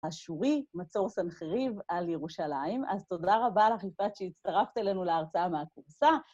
אשורי, מצור סנחריב על ירושלים. ‫אז תודה רבה לך יפעת ‫שהצטרפת אלינו להרצאה מהכורסה.